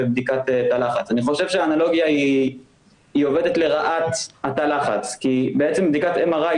אני חושב שהאנלוגיה עובדת לרעת תא הלחץ כי בעצם בדיקת MRI,